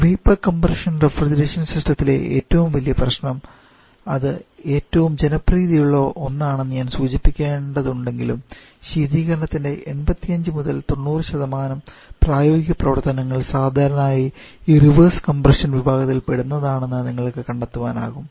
vapour compression refrigeration സിസ്റ്റത്തിലെ ഏറ്റവും വലിയ പ്രശ്നം അത് ഏറ്റവും ജനപ്രീതിയുള്ള ഒന്നാണെന്ന് ഞാൻ സൂചിപ്പിക്കേണ്ടതുണ്ടെങ്കിലും ശീതീകരണത്തിന്റെ 85 90 പ്രായോഗിക പ്രവർത്തനങ്ങൾ സാധാരണയായി ഈ റിവേഴ്സ് കംപ്രഷൻ വിഭാഗത്തിൽ പെടുന്നതാണെന്ന് നിങ്ങൾക്ക് കണ്ടെത്താനാകും